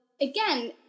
again